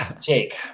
Jake